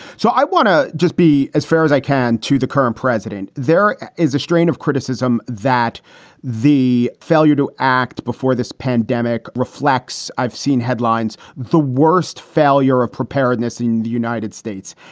so i want to just be as fair as i can to the current president. there is a strain of criticism that the failure to act before this pandemic reflects. i've seen headlines, the worst failure of preparedness in the united states,